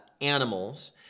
animals